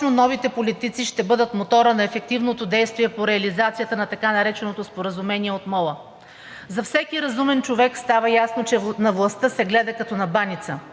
новите политици ще бъдат моторът на ефективното действие по реализацията на така нареченото „споразумение от мола“. За всеки разумен човек става ясно, че на властта се гледа като на баница.